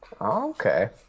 Okay